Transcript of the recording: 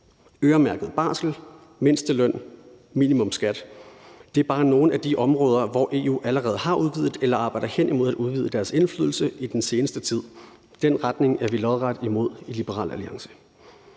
Øremærket barsel, mindsteløn og minimumsskat er bare nogle af de områder, hvor EU allerede har udvidet eller arbejder hen imod at udvide deres indflydelse i den seneste tid. Den retning er vi lodret imod i Liberal Alliance.